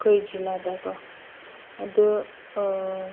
ꯑꯩꯈꯣꯏ ꯖꯤꯜꯂꯥꯗꯀꯣ ꯑꯗꯨ